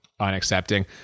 unaccepting